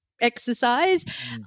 exercise